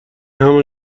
همان